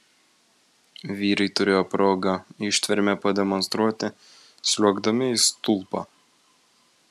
vyrai turėjo progą ištvermę pademonstruoti sliuogdami į stulpą